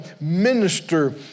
minister